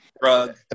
drug